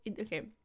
okay